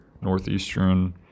northeastern